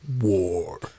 war